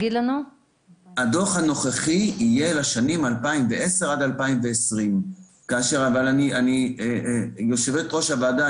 הדוח הנוכחי יהיה לשנים 2010 עד 2020. יושבת ראש הוועדה,